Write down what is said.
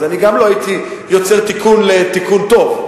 אז אני גם לא הייתי יוצר תיקון לתיקון טוב.